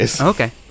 Okay